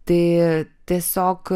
tai tiesiog